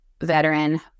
veteran